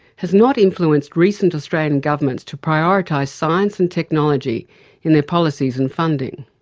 has not influenced recent australian governments to prioritise science and technology in their policies and funding.